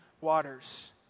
waters